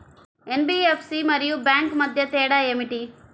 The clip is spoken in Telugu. ఎన్.బీ.ఎఫ్.సి మరియు బ్యాంక్ మధ్య తేడా ఏమిటి?